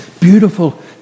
beautiful